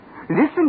Listen